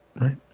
right